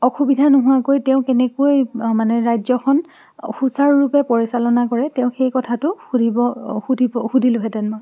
অসুবিধা নোহোৱাকৈ তেওঁ কেনেকৈ মানে ৰাজ্যখন সুচাৰুৰূপে পৰিচালনা কৰে তেওঁক সেই কথাটো সুধিব সুধিব সুধিলোহে'তেন মই